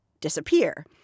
disappear